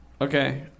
Okay